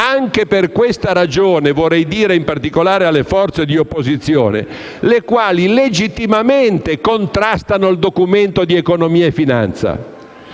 Anche per questa ragione - mi rivolgo in particolare alle forze di opposizione, le quali legittimamente contrastano il Documento di economia e finanza